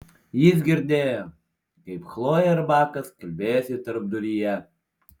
jis girdėjo kaip chlojė ir bakas kalbėjosi tarpduryje